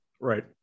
Right